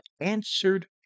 answered